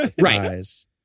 right